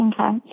Okay